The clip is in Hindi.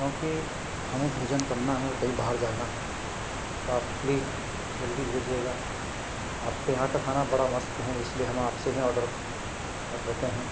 क्योंकि हमें भोजन करना है और कहीं बाहर जाना है तो आप प्लीज़ जल्दी भेजिएगा आपके यहाँ का खाना बड़ा मस्त है इसलिए हम आपसे ही आर्डर कर देते हैं